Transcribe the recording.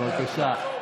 בבקשה.